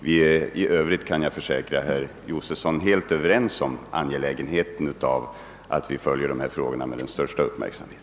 Vi är i övrigt, det kan jag försäkra herr Josefson i Arrie, helt överens om angelägenheten av att följa dessa frågor med den största uppmärksamhet.